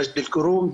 מג'ד אל כרום,